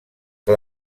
que